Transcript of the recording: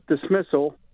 dismissal